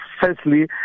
firstly